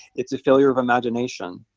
it's a failure of imagination,